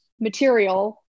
material